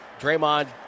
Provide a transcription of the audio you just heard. Draymond